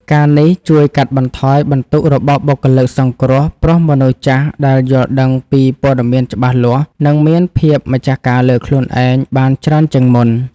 ការណ៍នេះជួយកាត់បន្ថយបន្ទុករបស់បុគ្គលិកសង្គ្រោះ ព្រោះមនុស្សចាស់ដែលយល់ដឹងពីព័ត៌មានច្បាស់លាស់ នឹងមានភាពម្ចាស់ការលើខ្លួនឯងបានច្រើនជាងមុន។